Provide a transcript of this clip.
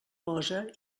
posa